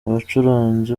abacuranzi